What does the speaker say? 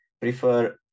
prefer